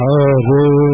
Hare